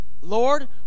Lord